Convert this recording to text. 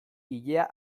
ilea